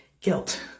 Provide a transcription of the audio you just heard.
guilt